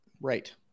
right